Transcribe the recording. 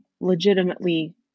legitimately